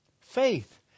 faith